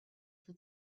for